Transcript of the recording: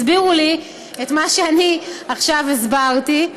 הסבירו לי את מה שאני עכשיו הסברתי,